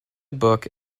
book